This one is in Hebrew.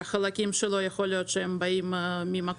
יכול להיות שהחלקים שלו באים ממקור